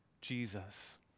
Jesus